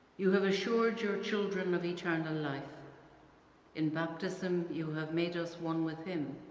you have assured your children of eternal life in baptism you have made us one with him.